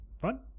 fun